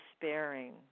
despairing